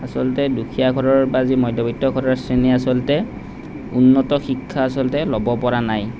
আচলতে দুখীয়া ঘৰৰ বা যি মধ্যবিত্ত ঘৰৰ শ্ৰেণী আচলতে উন্নত শিক্ষা আচলতে ল'ব পৰা নাই